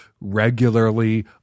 regularly